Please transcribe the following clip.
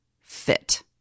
fit